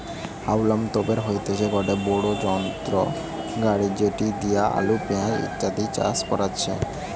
হাউলম তোপের হইতেছে গটে বড়ো যন্ত্র গাড়ি যেটি দিয়া আলু, পেঁয়াজ ইত্যাদি চাষ করাচ্ছে